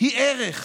היא ערך.